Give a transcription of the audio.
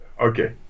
Okay